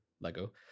lego